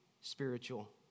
spiritual